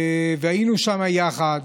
היינו שם יחד,